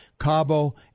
Cabo